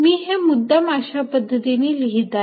मी हे मुद्दाम अशा पद्धतीने लिहित आहे